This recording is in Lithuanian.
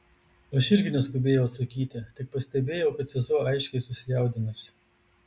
aš irgi neskubėjau atsakyti tik pastebėjau kad sesuo aiškiai susijaudinusi